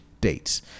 dates